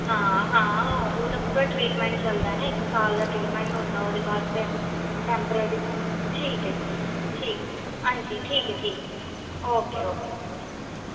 हां हां ओह् ते पूरा ट्रीटमेंट चलदा न इक साल दा ट्रीटमेंट होंदा ओह्दे बाद फेर टेम्पोरेरी ठीक ऐ जी ठीक ऐ हां जी ठीक ऐ ठीक ओके ओके